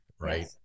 right